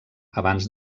abans